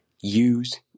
use